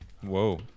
Whoa